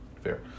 Fair